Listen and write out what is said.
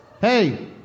Hey